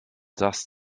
das